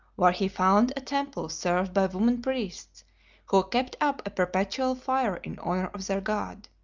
where he found a temple served by women priests who kept up a perpetual fire in honour of their god.